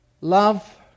Love